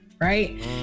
Right